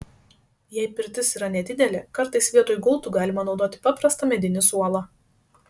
jei pirtis yra nedidelė kartais vietoj gultų galima naudoti paprastą medinį suolą